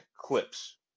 clips